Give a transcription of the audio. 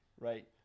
right